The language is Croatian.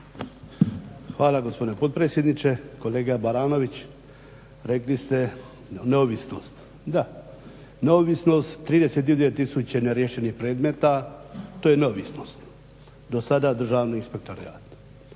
Hvala gospodine potpredsjedniče. Kolega Baranović, rekli ste neovisnost. Da, neovisnost 32 tisuće neriješenih predmeta, to je neovisnost, do sada Državni inspektorat.